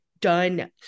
done